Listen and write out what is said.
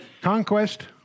conquest